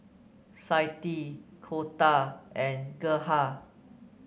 Clytie Colter and Gerhard